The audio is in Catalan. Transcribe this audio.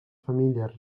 famílies